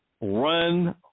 run